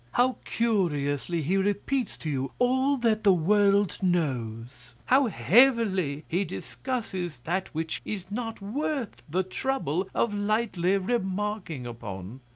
how curiously he repeats to you all that the world knows! how heavily he discusses that which is not worth the trouble of lightly remarking upon!